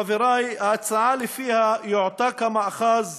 חברי, ההצעה שלפיה יועתק המאחז,